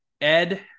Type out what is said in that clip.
Ed